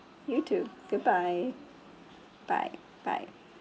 you too goodbye bye bye